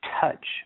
touch